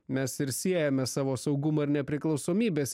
mes ir siejame savo saugumo ir nepriklausomybės